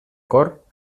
cor